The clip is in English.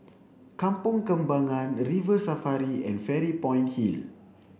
Kampong Kembangan River Safari and Fairy Point Hill